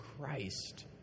Christ